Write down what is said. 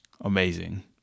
amazing